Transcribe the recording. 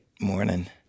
morning